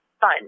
fun